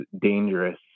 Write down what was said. dangerous